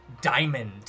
diamond